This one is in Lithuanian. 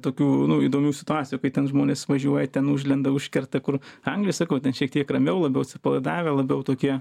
tokių nu įdomių situacijų kai ten žmonės važiuoja ten užlenda užkerta kur anglijoj sakau ten šiek tiek ramiau labiau atsipalaidavę labiau tokie